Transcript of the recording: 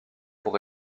pour